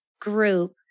group